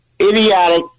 idiotic